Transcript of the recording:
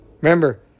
Remember